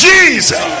Jesus